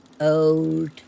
old